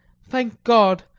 thank god,